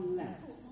left